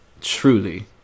Truly